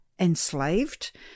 enslaved